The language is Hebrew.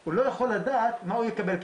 הוא לא יכול לדעת מה הוא יקבל,